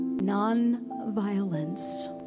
non-violence